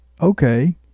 okay